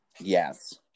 yes